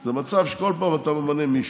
זה מצב שבו כל פעם אתה ממנה מישהו,